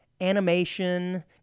animation